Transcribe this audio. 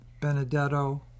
Benedetto